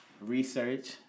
research